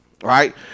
Right